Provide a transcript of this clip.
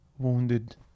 wounded